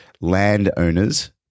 landowners